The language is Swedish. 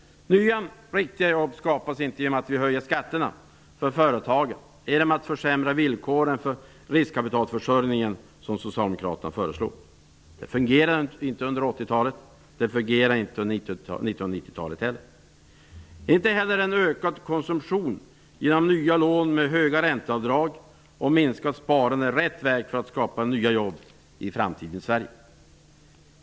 Nya riktiga jobb skapas inte genom att vi höjer skatterna för företagen eller genom att vi försämrar villkoren för riskkapitalförsörjningen, vilket socialdemokraterna föreslår. Det fungerade inte under 1980-talet; det fungerar inte heller under Inte heller är ökad konsumtion genom nya lån med höga ränteavdrag och minskat sparande rätt väg för att skapa nya jobb i framtidens Sverige.